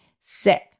sick